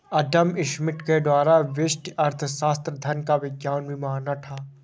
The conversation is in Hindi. अदम स्मिथ के द्वारा व्यष्टि अर्थशास्त्र धन का विज्ञान भी माना था